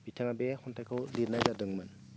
बिथाङा बे खन्थाइखौ लिरनाय जादोंमोन